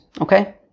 Okay